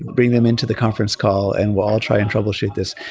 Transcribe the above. bring them into the conference call and we'll all try and troubleshoot this.